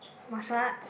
must what's